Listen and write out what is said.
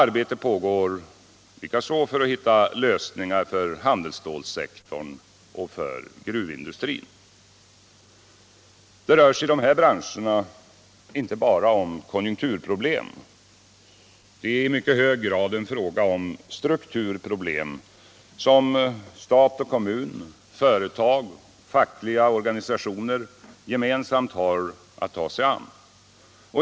Arbete pågår likaså för att hitta lösningar för handelsstålssektorn och gruvindustrin. Det rör sig i dessa branscher inte bara om konjunkturproblem utan i hög grad också om strukturproblem, som stat och kommun, företag och fackliga organisationer gemensamt har att ta sig an.